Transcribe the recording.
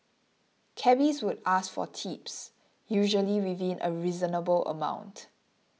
cabbies would ask for tips usually within a reasonable amount